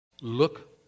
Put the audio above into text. Look